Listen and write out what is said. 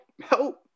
help